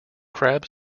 crab